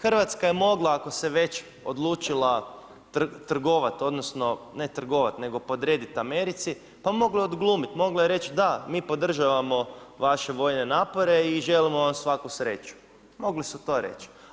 Hrvatska se mogla ako se već odlučila trgovati, odnosno ne trgovati nego podrediti Americi, pa mogla odglumiti, mogla je reći da, mi podržavamo vaše vojne napore i želimo vam svaku sreću, mogli su to reći.